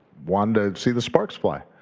wanted to see the sparks fly.